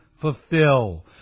fulfill